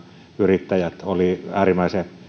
yrittäjät olivat äärimmäisen